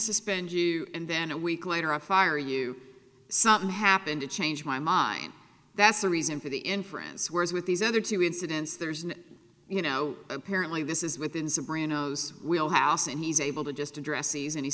suspend you and then a week later i fire you something happened to change my mind that's the reason for the inference whereas with these other two incidents there's an you know apparently this is within sopranos wheel house and he's able to just addresses and he